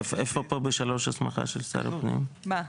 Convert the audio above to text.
שיש להם השלכות ולא צריכים לקום בהליך מהיר,